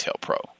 pro